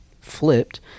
flipped